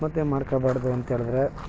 ಆತ್ಮಹತ್ಯೆ ಮಾಡ್ಕೊಳ್ಬಾರ್ದು ಅಂಥೇಳಿದರೆ